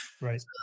right